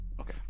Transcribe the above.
Okay